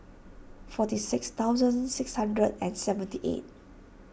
forty six thousand six hundred and seventy eight